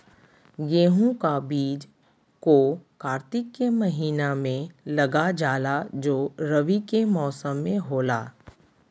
गेहूं का बीज को कार्तिक के महीना में लगा जाला जो रवि के मौसम में होला